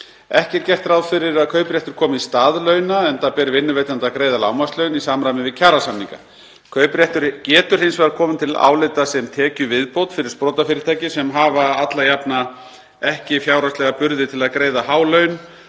Ekki er gert ráð fyrir að kaupréttur komi í stað launa enda ber vinnuveitanda að greiða lágmarkslaun í samræmi við kjarasamninga. Kaupréttur getur hins vegar komið til álita sem tekjuviðbót fyrir sprotafyrirtæki sem hafa alla jafna ekki fjárhagslega burði til að greiða há laun